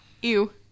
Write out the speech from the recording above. ew